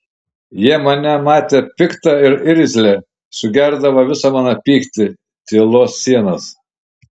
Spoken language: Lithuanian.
jie mane matė piktą ir irzlią sugerdavo visą mano pyktį tylos sienas